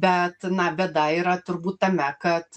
bet na bėda yra turbūt tame kad